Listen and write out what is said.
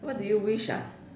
what do you wish ah